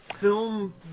film